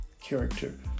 character